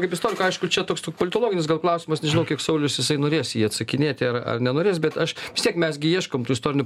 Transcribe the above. kaip istoriko aišku čia toks politologinis klausimas nežinau kiek saulius jisai norės į jį atsakinėti ar ar nenorės bet aš vis tiek mes gi ieškom tų istorinių